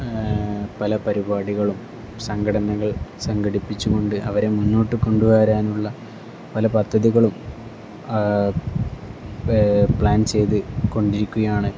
പല പരിപാടികളും സംഘടനകൾ സംഘടിപ്പിച്ചുകൊണ്ട് അവരെ മുന്നോട്ട് കൊണ്ടുവരാനുള്ള പല പദ്ധതികളും പ്ലാൻ ചെയ്ത് കൊണ്ടിരിക്കുകയാണ്